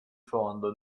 fondo